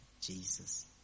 Jesus